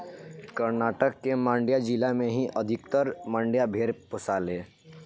कर्नाटक के मांड्या जिला में ही अधिकतर मंड्या भेड़ पोसाले